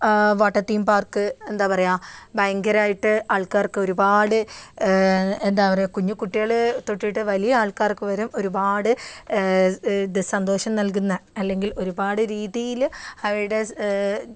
water theme park എന്താണ് പറയുക ഭയങ്കരമായിട്ട് ആൾക്കാർക്ക് ഒരുപാട് എന്താണ് പറയുക കുഞ്ഞുകുട്ടികൾ തൊട്ടിട്ട് വലിയ ആൾക്കാർക്ക് വരെ ഒരുപാട് ഇത് സന്തോഷം നൽകുന്ന അല്ലെങ്കിൽ ഒരുപാട് രീതിയിൽ അവരുടെ